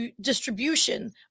distribution